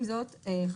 עם זאת,